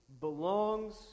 belongs